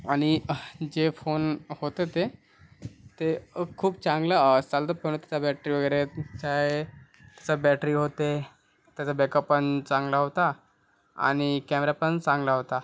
आणि जे फोन होतं ते ते खूप चांगला चालतं पण त्याचा बॅटरी वगैरे चाये त्याचा बॅटरी होते त्याचा बॅकअप पण चांगला होता आणि कॅमेरा पण चांगला होता